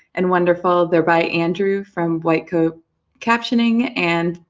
and wonderful. they're by andrew from white coat captioning, and,